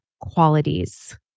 qualities